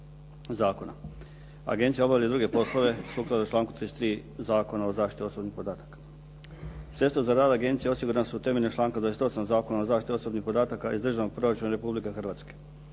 Agencija obavlja i druge poslove sukladno članku 33. Zakona o zaštiti osobnih podataka. Sredstva za rad agencije osigurana su temeljem članka 28. Zakona o zaštiti osobnih podataka iz državnog proračuna Republike Hrvatske.